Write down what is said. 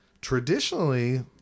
traditionally